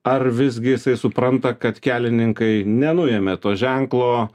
ar visgi jisai supranta kad kelininkai nenuėmė to ženklo